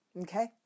Okay